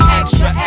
extra